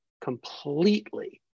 completely